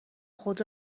خود